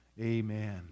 Amen